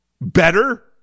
better